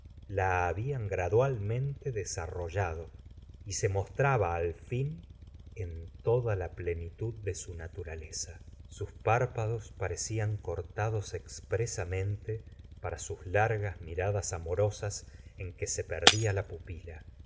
la habían gradualmente desarrollado y se mostraba al fin en toda la plenitud de su naturaleza sus párpados parecían cortados expresamente para sus largas miradas amorosas en que se perdía la pupila